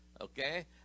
Okay